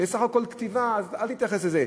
זה בסך הכול כתיבה אז אל תתייחס לזה,